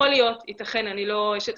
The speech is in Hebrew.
יכול להיות, אני לא אשף טכנולוגיה,